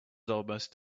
almost